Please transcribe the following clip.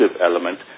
element